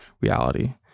reality